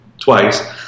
twice